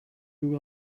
who